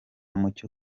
mucyo